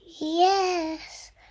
Yes